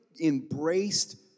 embraced